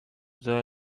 the